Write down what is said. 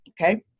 Okay